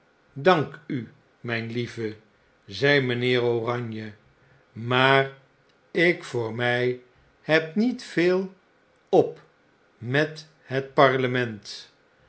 dank u myn lieve zei mgnheer oranje if een eoman uit den vacantie tijd in vier deelen maar ik voor my heb niet veel op met het parlement